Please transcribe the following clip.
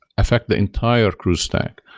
affect the entire crew stack?